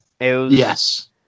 Yes